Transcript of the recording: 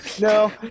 no